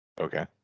okay